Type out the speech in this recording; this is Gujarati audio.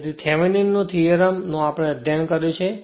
તેથી થેવેનિનનો થીયેરમ નો આપણે અધ્યયન કર્યો છે